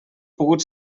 pogut